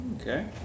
Okay